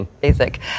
basic